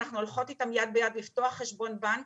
אנחנו הולכות איתן יד ביד לפתוח חשבון בנק